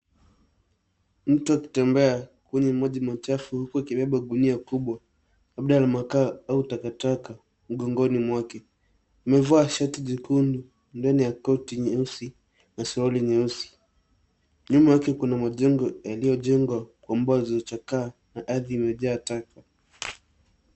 Mtu akitembea kwenye maji machafu huku amebeba gunia kubwa labda la makaa au takataka mgongoni mwake. Amevalia shati jekundu ndani ya koti jeusi na suruali nyeusi. Nyuma yake kuna majengo yaliyojengwa na mbao zilizochakaa na ardhi imejaa taka.